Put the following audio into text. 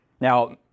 Now